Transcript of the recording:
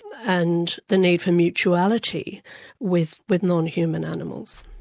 and the need for mutuality with with non-human animals.